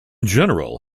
general